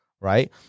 Right